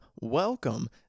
Welcome